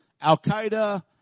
Al-Qaeda